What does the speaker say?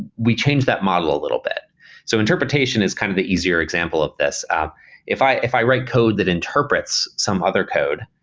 we changed that model a little. so interpretation is kind of the easier example of this. if i if i write code that interprets some other code,